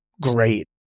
great